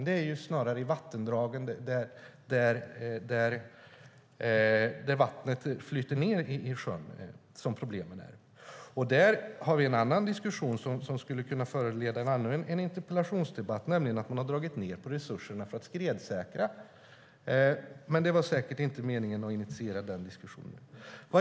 Det är snarare i vattendragen, där vattnet flyter ned i sjön, som problemen uppstår. Det skulle kunna föranleda en annan interpellationsdebatt, nämligen att man dragit ned på resurserna för att skredsäkra, men meningen var säkert inte att initiera den diskussionen.